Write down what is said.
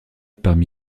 parmi